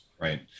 Right